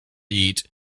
eat